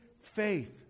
faith